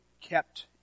kept